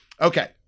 Okay